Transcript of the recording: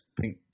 pink